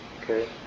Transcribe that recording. okay